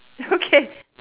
okay